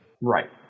Right